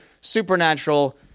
supernatural